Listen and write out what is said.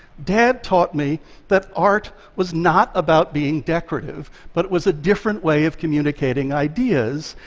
dad taught me that art was not about being decorative, but was a different way of communicating ideas,